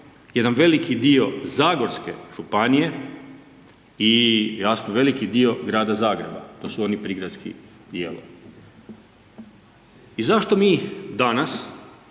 jedan veliki dio zagorske županije i jasno veliki dio grada Zagreba, to su oni prigradski dijelovi. I zašto mi danas